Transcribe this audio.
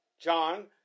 John